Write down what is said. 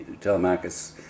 Telemachus